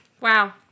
Wow